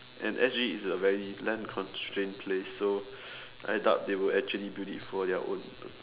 and S_G is a very land-constrained place so I doubt they will actually build it for their own